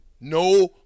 No